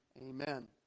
Amen